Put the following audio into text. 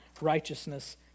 righteousness